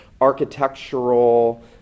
architectural